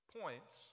points